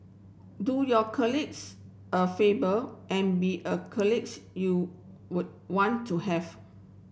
do your colleagues a favour and be a college you would want to have